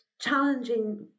challenging